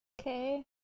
Okay